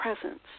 presence